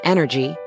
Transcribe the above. Energy